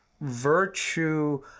virtue